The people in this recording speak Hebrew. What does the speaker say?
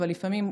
אבל לפעמים,